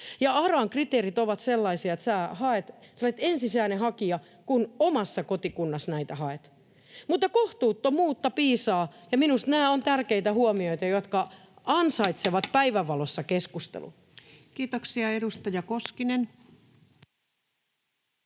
ARAn kriteerit ovat sellaisia, että sinä olet ensisijainen hakija, kun omassa kotikunnassa näitä haet. Mutta kohtuuttomuutta piisaa, ja minusta nämä ovat tärkeitä huomioita, jotka ansaitsevat päivänvalossa keskustelun. Kiitoksia. — Edustaja Koskinen.